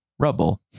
Rubble